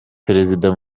perezida